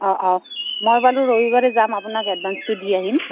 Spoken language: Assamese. অঁ অঁ মই বাৰু ৰবিবাৰে যাম আপোনাক এডভান্সটো দি আহিম